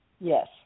Yes